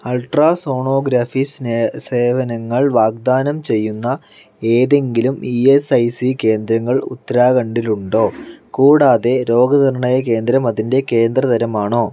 ultra sonography സ്നേ സേവനങ്ങൾ വാഗ്ദാനം ചെയ്യുന്ന ഏതെങ്കിലും ഇ എസ് ഐ സി കേന്ദ്രങ്ങൾ ഉത്തരാഖണ്ഡിൽ ഉണ്ടോ കൂടാതെ രോഗനിർണയ കേന്ദ്രം അതിൻ്റെ കേന്ദ്ര തരം ആണോ